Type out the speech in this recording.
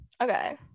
okay